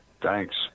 Thanks